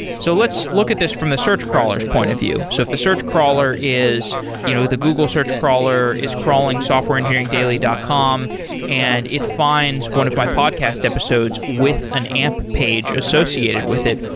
so let's look at this from the search crawler's point of view. so if the search crawler is you know the google search crawler is crawling softwareengineeringdaily dot com and it finds one of my podcast episodes with an amp page associated with it,